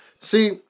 see